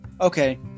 okay